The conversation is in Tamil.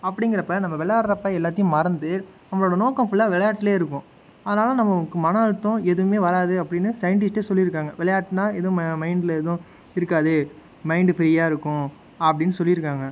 அப்படிங்குறப்ப நம்ம விளாடுறப்ப எல்லாத்தையும் மறந்து நம்மளோடய நோக்கம் ஃபுல்லாக விளாட்டுலையே இருக்கும் அதனால் நமக்கு மன அழுத்தம் எதுவுமே வராது அப்படின்னு சைன்டிஸ்ட்டே சொல்லியிருக்காங்க விளையாட்டுன்னால் எதுவும் மைண்டில் எதுவும் இருக்காது மைண்ட்டு ஃப்ரீயாக இருக்கும் அப்படின்னு சொல்லியிருக்காங்க